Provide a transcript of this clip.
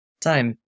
time